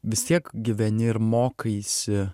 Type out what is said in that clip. vis tiek gyveni ir mokaisi